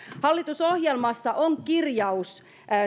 hallitusohjelmassa on kirjaus